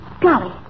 Golly